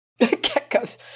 Geckos